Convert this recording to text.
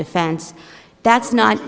defense that's not